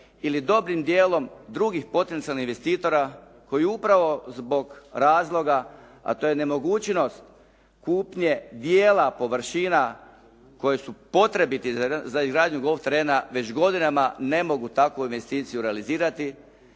ili dobrim dijelom drugih potencijalnih investitora koji upravo zbog razloga a to je nemogućnost kupnje dijela površina koje su potrebiti za izgradnju golf terena već godinama ne mogu takovu investiciju realizirati